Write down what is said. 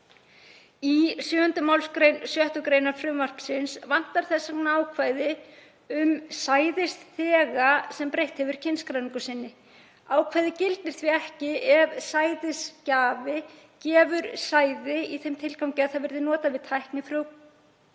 Í 7. mgr. 6. gr. frumvarpsins vantar þess vegna ákvæði um sæðisþega sem breytt hefur kynskráningu sinni. Ákvæðið gildir því ekki ef sæðisgjafi gefur sæði í þeim tilgangi að það verði notað við tæknifrjóvgun